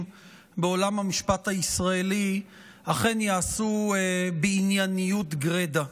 בעולם המשפט הישראלי אכן ייעשו בענייניות גרידא,